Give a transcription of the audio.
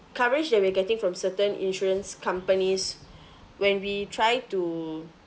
coverage that we're getting from certain insurance companies when we try to